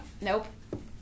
Nope